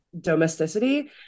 domesticity